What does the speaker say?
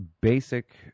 basic